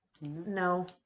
No